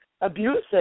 abusive